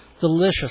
delicious